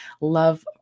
love